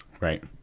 right